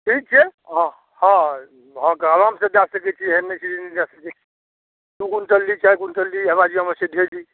ठीक छै आउ हँ हँ अहाँके आरामसँ दऽ सकै छी एहन नहि छै नहि दऽ सकै छी दुइ क्विन्टल ली चारि क्विन्टल ली हमरा जिम्मामे छै ढेरी